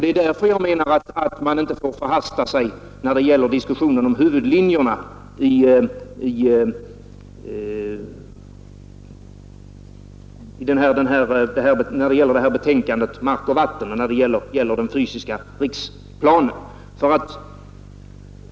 Det är därför jag menar att man inte får förhasta sig när det gäller diskussionen om huvudlinjerna i betänkandet Hushållning med mark och vatten och även i den fysiska riksplanen.